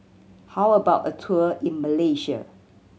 how about a tour in Malaysia